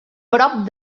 prop